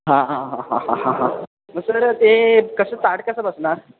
हा हा हा हा हा हा हा मग सर ते कसं ताट कसं बसणार